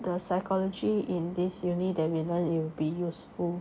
the psychology in this uni~ that we learn it would be useful